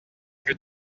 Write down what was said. plus